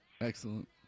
Excellent